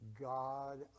God